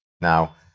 Now